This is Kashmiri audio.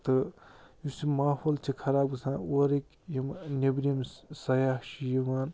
تہٕ یُس یہِ ماحول چھِ خراب گَژھان اورٕکۍ یِم نیٚبرِم سَیاہ چھِ یِوان